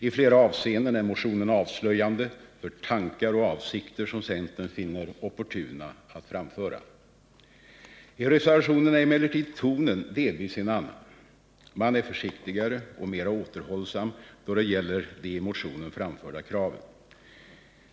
I flera avseenden är motionen avslöjande för tankar och avsikter som centern finner det opportunt att framföra. I reservationen är emellertid tonen delvis en annan. Man är försiktigare och mera återhållsam då det gäller de i motionen framförda kraven.